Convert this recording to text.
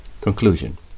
conclusion